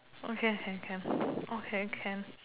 okay okay can okay can